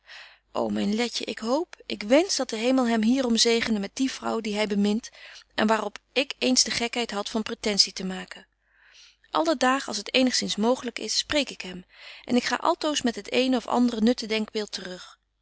ô myn letje ik hoop ik wensch dat de hemel hem hierom zegene met die vrouw die hy bemint en waar op ik eens de gekheid had van pretensie te maken alle daag als het eenigzins mooglyk is spreek ik hem en ik ga altoos met het eene of andre nutte denkbeeld te